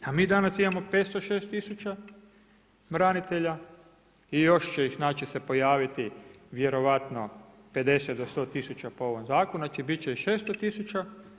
A mi danas imamo 506 tisuća branitelja i još će ih se pojaviti vjerojatno 50 do 100 tisuća po ovom zakonu, znači bit će 600 tisuća.